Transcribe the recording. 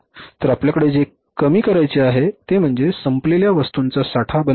तर आपल्याकडे जे कमी करायचे आहे ते म्हणजे संपलेल्या वस्तूंचा साठा बंद